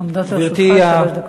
עומדות לרשותך שלוש דקות.